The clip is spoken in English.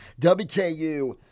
WKU